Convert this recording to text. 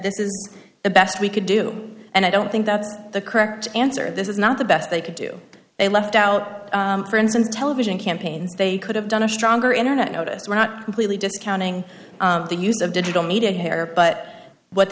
this is the best we could do and i don't think that's the correct answer this is not the best they could do they left out friends and television campaigns they could have done a stronger internet notice we're not completely discounting the use of digital media hair but what